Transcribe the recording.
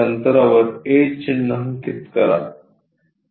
अंतरावर a चिन्हांकित करा